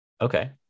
Okay